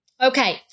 Okay